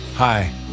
Hi